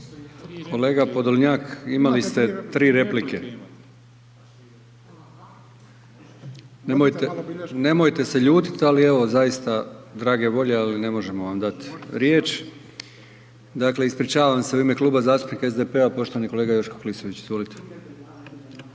Kolega Podolnjak imali ste 3 replike. Nemojte se ljutiti ali evo zaista drage volje ali ne možemo vam dati riječ. Dakle, ispričavam se. U ime Kluba zastupnika SDP-a poštovani kolega Joško Klisović, izvolite.